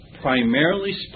primarily